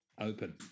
open